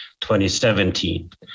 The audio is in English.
2017